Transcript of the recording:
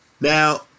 Now